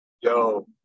Yo